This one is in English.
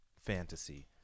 fantasy